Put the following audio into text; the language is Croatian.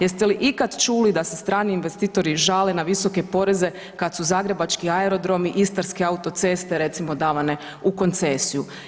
Jeste li ikad čuli da se strani investitori žale na visoke poreze kad su zagrebački aerodromi, istarske autoceste recimo davane u koncesiju?